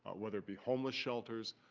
whether it be homeless shelters,